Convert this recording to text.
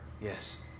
Yes